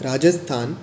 Rajasthan